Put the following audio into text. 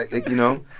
you know?